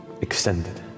extended